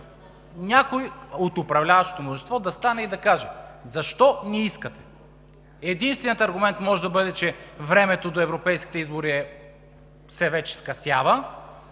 Някой от управляващото мнозинство да стане и да каже защо не искате. Единственият аргумент може да бъде, че времето до европейските избори вече се скъсява,